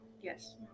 Yes